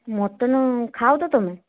mutton ଖାଅ ତ ତୁମେ